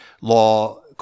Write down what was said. law